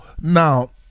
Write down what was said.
now